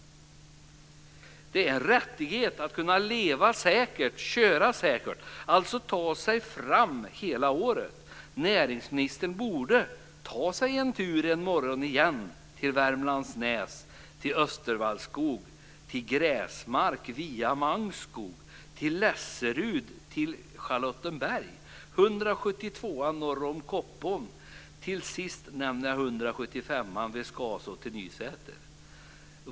Det är en rättighet att kunna leva säkert och köra säkert, dvs. att ta sig fram hela året. Näringsministern borde ta sig en tur en morgon igen till Värmlandsnäs, till Östervallskog, till Gräsmark via Mangskog, till Koppom. Till sist nämner jag 175:an vid Skasås till Nysäter.